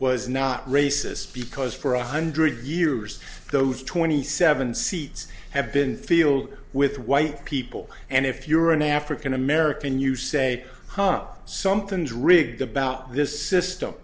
was not racist because for one hundred years those twenty seven seats have been field with white people and if you're an african american you say cop something's rigged about this system